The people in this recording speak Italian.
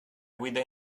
guida